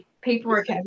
Paperwork